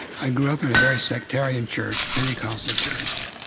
i grew up in a very sectarian church, pentecostal church.